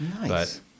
Nice